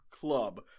club